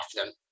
often